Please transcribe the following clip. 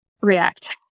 react